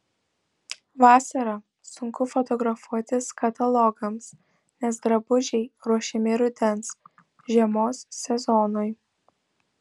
vasarą sunku fotografuotis katalogams nes drabužiai ruošiami rudens žiemos sezonui